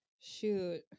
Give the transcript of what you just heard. shoot